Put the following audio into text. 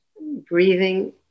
Breathing